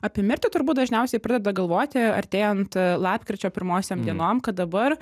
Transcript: apie mirtį turbūt dažniausiai pradeda galvoti artėjant lapkričio pirmosiom dienom kad dabar